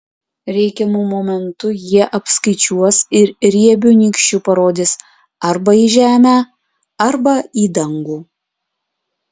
reikiamu momentu jie apskaičiuos ir riebiu nykščiu parodys arba į žemę arba į dangų